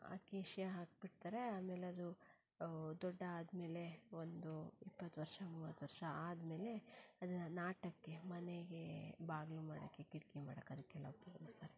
acacia ಹಾಕಿ ಬಿಡ್ತಾರೆ ಆಮೇಲೆ ಅದು ದೊಡ್ಡ ಆದ ಮೇಲೆ ಒಂದು ಇಪ್ಪತ್ತು ವರ್ಷ ಮೂವತ್ತು ವರ್ಷ ಆದ ಮೇಲೆ ಅದನ್ನು ನಾಟಕ್ಕೆ ಮನೆಗೆ ಬಾಗಿಲು ಮಾಡೋಕ್ಕೆ ಕಿಟಕಿ ಮಾಡಕ್ಕೆ ಅದಕ್ಕೆಲ್ಲ ಉಪ್ಯೋಗಿಸ್ತಾರೆ